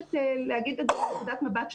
מבקשת להגיד את נקודת המבט שלנו.